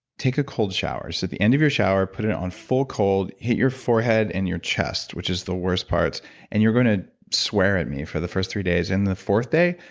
take a cold shower. so at the end of your shower, put it it on full cold. hit your forehead and your chest, which is the worst parts and you're going to swear at me for the first three days. then and the fourth day,